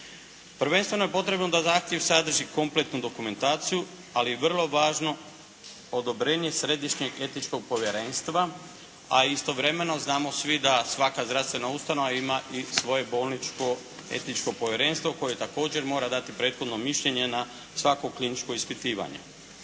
Prvenstveno je potrebno da zahtjev sadrži kompletnu dokumentaciju ali je vrlo važno odobrenje Središnjeg etičkog povjerenstva a istovremeno znamo svi da svaka zdravstvena ustanova ima i svoje bolničko etičko povjerenstvo koje također mora dati prethodno mišljenje na svako kliničko ispitivanje.